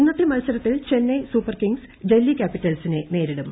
ഇന്നത്തെ മത്സരത്തിൽ Chennai super kings Delhi ക്യാപിറ്റൽസിനെ നേരിടും